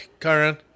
Karen